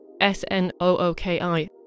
S-N-O-O-K-I